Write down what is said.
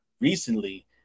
recently